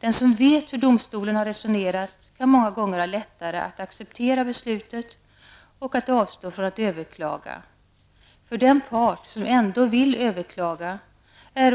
Den som vet hur domstolen har resonerat kan många gånger ha lättare att acceptera beslutet och att avstå från att överklaga. För den part som ändå vill överklaga är